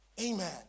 Amen